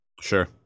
Sure